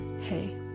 hey